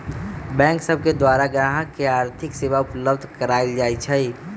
bank सब के द्वारा गाहक के आर्थिक सेवा उपलब्ध कराएल जाइ छइ